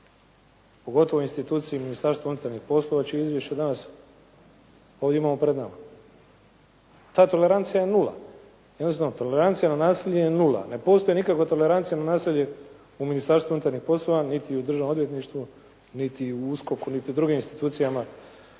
pogotovo u instituciji ministarstva unutarnjih poslova čije izvješće danas ovdje imamo pred nama. Ta tolerancija je nula. Jednostavno tolerancija na nasilje je nula. Ne postoji nikakva tolerancija na nasilje u Ministarstvu unutarnjih poslova niti u Državnom odvjetništvu niti u USKOK-u, niti u drugim institucijama